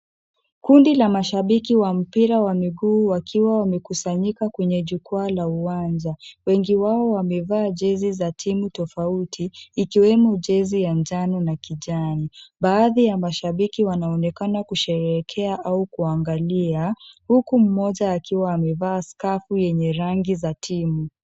Kundi la mashabiki wa mpira wa miguu wakiwa wamekusanyika kwenye jukwaa la uwanja. Wengi wao wamevaa jezi za timu tofauti ikiwemo jezi ya njano na kijani. Baadhi ya mashabiki wanaonekana kusherekea au kuangalia huku mmoja akiwa amevaa skafu yenye rangi za timu.